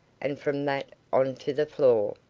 and from that on to the floor.